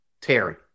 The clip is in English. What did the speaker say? Terry